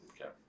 Okay